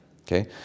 Okay